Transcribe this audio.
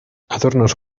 adornos